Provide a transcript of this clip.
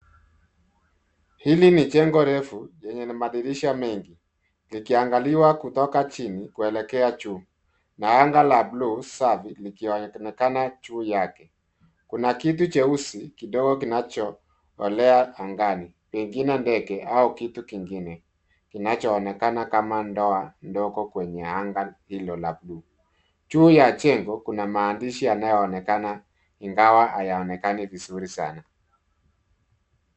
Hili ni jengo refu lenye madirisha mengi likiangaliwa kutoka chini kuelekea juu na anga la bluu safi likionekana juu yake. Kuna kitu cheusi kidogo kinachokolea angani pengine ndege au kitu kingine kinachoonekana kama ndoa ndogo kwenye anga hilo la bluu. Juu ya jengo kuna maandishi ambayo yanaonekana ingawa hayaonekani vizuri sana.